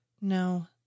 No